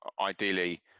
ideally